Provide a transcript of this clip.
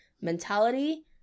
mentality